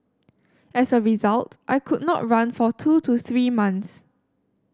as a result I could not run for two to three months